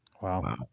Wow